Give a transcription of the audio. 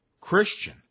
Christian